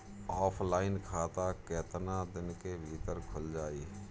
Offline खाता केतना दिन के भीतर खुल जाई?